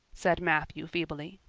said matthew feebly.